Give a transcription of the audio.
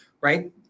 right